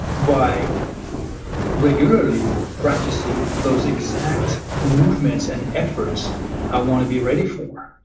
by regularly practicing those exact movements and efforts i want to be ready for.